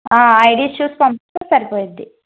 ID చూసి పంపిస్తే సరిపోతుంది